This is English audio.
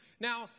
Now